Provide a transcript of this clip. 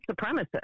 supremacist